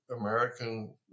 American